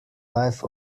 life